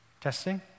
Testing